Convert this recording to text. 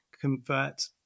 convert